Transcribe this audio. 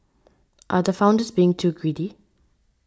are the founders being too greedy